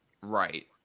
Right